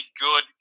good